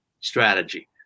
strategy